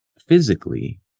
physically